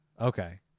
Okay